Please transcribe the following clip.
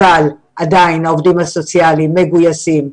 אבל עדיין העובדים הסוציאליים מגויסים,